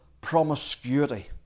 promiscuity